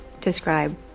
describe